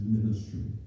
ministry